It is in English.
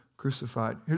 crucified